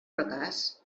fracàs